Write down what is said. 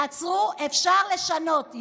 תעצרו, אפשר לשנות.